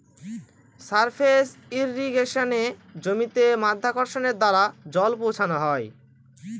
surface ইর্রিগেশনে জমিতে মাধ্যাকর্ষণের দ্বারা জল পৌঁছানো হয়